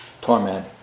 torment